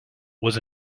was